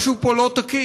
משהו פה לא תקין,